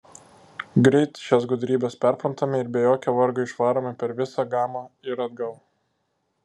greit šias gudrybes perprantame ir be jokio vargo išvarome per visą gamą ir atgal